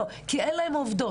לא.." וזה כי אין להם עובדות.